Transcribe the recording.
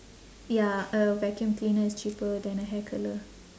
ya a vacuum cleaner is cheaper than a hair curler